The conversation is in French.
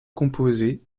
composés